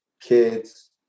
kids